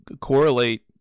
correlate